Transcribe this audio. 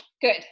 good